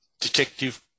detective